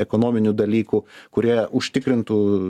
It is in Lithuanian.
ekonominių dalykų kurie užtikrintų